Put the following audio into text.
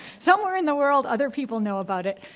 somewhere in the world, other people know about it.